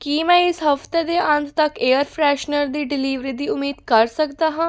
ਕੀ ਮੈਂ ਇਸ ਹਫਤੇ ਦੇ ਅੰਤ ਤੱਕ ਏਅਰ ਫਰੈਸ਼ਨਰ ਦੀ ਡਿਲੀਵਰੀ ਦੀ ਉਮੀਦ ਕਰ ਸਕਦਾ ਹਾਂ